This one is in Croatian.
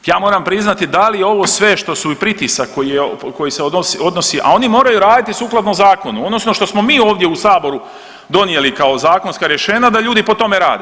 Ja moram priznati da li je ovo sve što su, pritisak koji se odnosi a oni moraju raditi sukladno zakonu, odnosno ono što smo mi ovdje u Saboru donijeli kao zakonska rješenja da ljudi po tome rade.